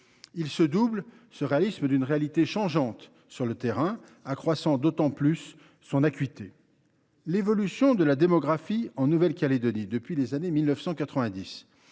se double d’une réalité changeante sur le terrain, accroissant d’autant plus son acuité. L’évolution de la démographie de la Nouvelle Calédonie depuis les années 1990